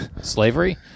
slavery